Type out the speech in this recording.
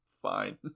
fine